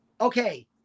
Okay